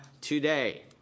today